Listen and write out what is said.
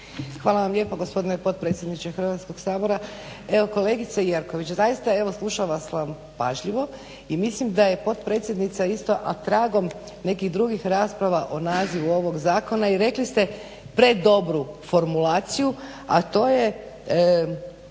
Hvala vam lijepa gospodine potpredsjedniče Hrvatskog sabora. Evo kolegice Jerković, zaista evo slušala sam pažljivo i mislim da je potpredsjednica isto a tragom nekih drugih rasprava o nazivu ovog zakona i rekli ste predobru formulaciju, a to je